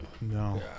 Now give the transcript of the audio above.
No